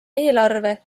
eelarve